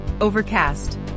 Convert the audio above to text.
Overcast